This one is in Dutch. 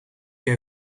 jij